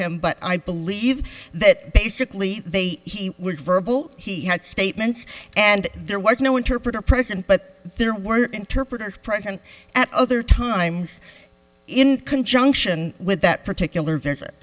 him but i believe that basically they he was verbal he had statements and there was no interpreter present but there were interpreters present at other times in conjunction with that particular visit